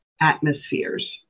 atmospheres